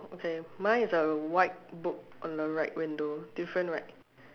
okay mine is a white book on the right window different right